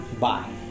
bye